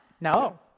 No